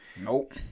Nope